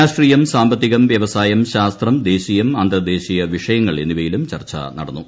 രാഷ്ട്രീയം സാമ്പത്തികൃഷ്ട്ര്യസായം ശാസ്ത്രം ദേശീയം അന്തർ ദേശീയ വിഷയങ്ങൾ എന്നിവയും ചർച്ചു നടന്നു